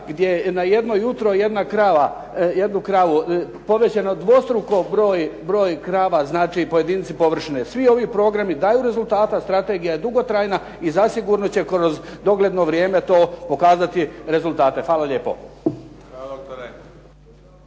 gdje na jedno jutro jednu kravu. Povećano je dvostruko broj krava, znači pojedinci …/Govornik se ne razumije./… Svi ovi programi daju rezultata, strategija je dugotrajna i zasigurno će kroz dogledno vrijeme to pokazati rezultate. Hvala lijepo.